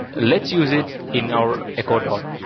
let's use it in our echo dot.